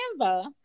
Canva